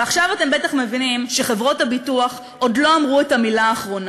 ועכשיו אתם בטח מבינים שחברות הביטוח עוד לא אמרו את המילה האחרונה.